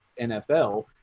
NFL